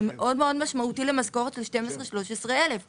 זה מאוד מאוד משמעותי למשכורת של 13-12 אלף שקלים.